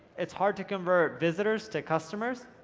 it's hard to convert visitors to customers,